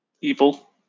evil